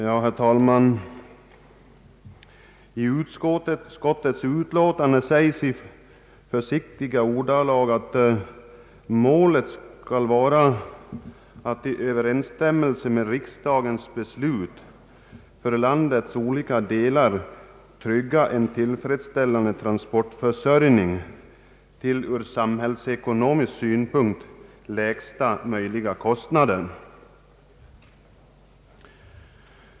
Herr talman! I utskottets utlåtande sägs i försiktiga ordalag: »Målet skall vara att i överensstämmelse med riksdagens beslut för landets olika delar trygga en tillfredsställande transportförsörjning till ur samhällsekonomisk synpunkt lägsta möjliga kostnader.